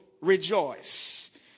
rejoice